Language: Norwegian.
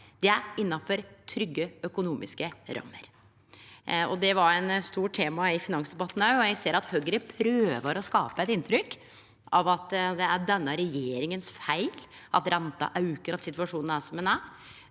her, er innanfor trygge økonomiske rammer. Det var eit stort tema i finansdebatten òg. Eg ser at Høgre prøver å skape eit inntrykk av at det er denne regjeringa sin feil at renta aukar og situasjonen er som han er.